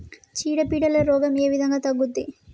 చీడ పీడల రోగం ఏ విధంగా తగ్గుద్ది?